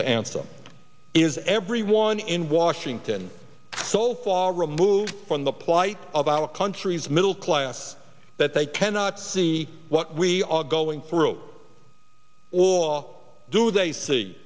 to answer is everyone in washington so far removed from the plight of our country's middle class that they cannot see what we are going through or do they see